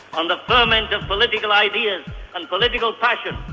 on the ferment of political ideas and political passion,